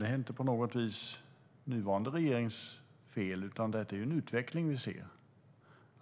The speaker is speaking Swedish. Det är inte på något vis nuvarande regerings fel, utan det är en utveckling vi ser.